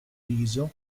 riso